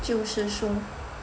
就是说